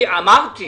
אמרתי.